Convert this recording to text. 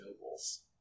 nobles